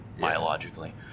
biologically